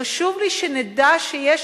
חשוב לי שנדע שיש